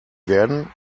werden